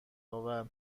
آور